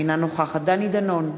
אינה נוכחת דני דנון,